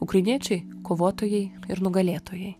ukrainiečiai kovotojai ir nugalėtojai